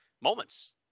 moments